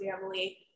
family